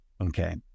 Okay